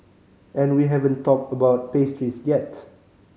and we haven't talked about pastries yet